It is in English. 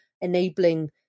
enabling